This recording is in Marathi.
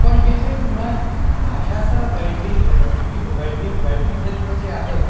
पण हे जे मुळात भाषाचा वैधी विविध वैधी वैविध्यत्व जे आहे